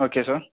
okay sir